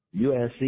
USC